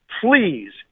Please